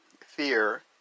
fear